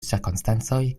cirkonstancoj